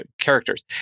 characters